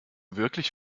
wirklich